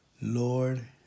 Lord